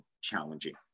challenging